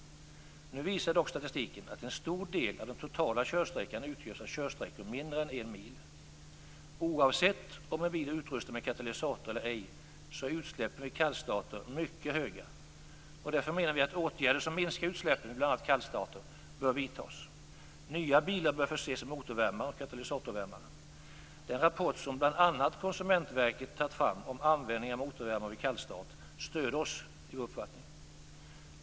Nu visar dock statistiken att en stor del av den totala körsträckan utgörs av körsträckor mindre än en mil. Oavsett om en bil är utrustad med katalysator eller ej är utsläppen vid kallstarter mycket stora. Därför menar vi att åtgärder som minskar utsläppen vid bl.a. kallstarter bör vidtas. Nya bilar bör förses med motorvärmare och katalysatorvärmare. Den rapport som bl.a. Konsumentverket tagit fram om användning av motorvärmare vid kallstart stöder oss i vår uppfattning.